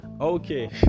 okay